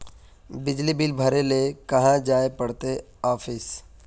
बिजली बिल भरे ले कहाँ जाय पड़ते ऑफिस?